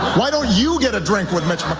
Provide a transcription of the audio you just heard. why don't you get a drink with mitch um